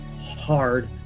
hard